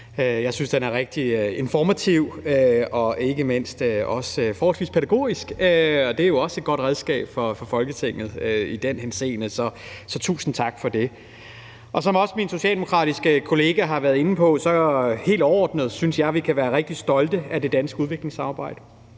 Jeg synes, den er rigtig informativ og ikke mindst også forholdsvis pædagogisk, og det er jo også et godt redskab for Folketinget i den henseende. Så tusind tak for det. Som min socialdemokratiske kollega har været inde på, synes jeg også helt overordnet, at vi kan være rigtig stolte af det danske udviklingssamarbejde.